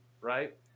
right